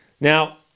Now